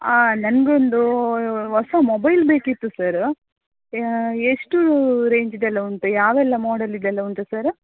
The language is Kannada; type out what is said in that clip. ಆಂ ನನ್ಗೆ ಒಂದು ಹೊಸ ಮೊಬೈಲ್ ಬೇಕಿತ್ತು ಸರ ಎಷ್ಟು ರೇಂಜಿದ್ದು ಎಲ್ಲ ಉಂಟು ಯಾವೆಲ್ಲ ಮಾಡೆಲಿದ್ದೆಲ್ಲ ಉಂಟು ಸರ